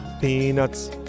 Peanuts